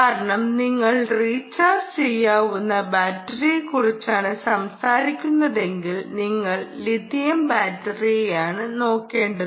കാരണം നിങ്ങൾ റീചാർജ് ചെയ്യാവുന്ന ബാറ്ററിയെക്കുറിച്ചാണ് സംസാരിക്കുന്നതെങ്കിൽ നിങ്ങൾ ലിഥിയം ബാറ്ററിയാണ് നോക്കേണ്ടത്